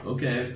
Okay